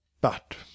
But